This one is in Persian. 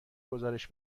گزارش